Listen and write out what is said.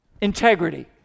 Integrity